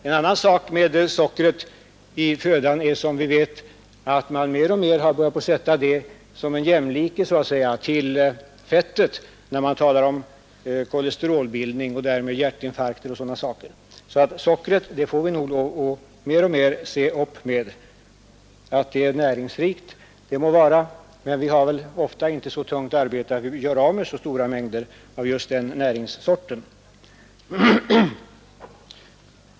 En annan effekt med sockret i födan är, som vi vet, att man mer och mer har börjat se det som en jämlike till fettet när man talar om kolesterolbildning och därmed bl.a. hjärtinfarkter. Sockret får vi nog lov att i större utsträckning än hittills se upp med. Att det är näringsrikt må vara, men vi har väl ofta inte så tungt arbete att vi gör av med så stora mängder av just den näringssorten.